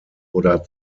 oder